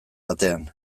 batean